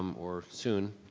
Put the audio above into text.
um or soon,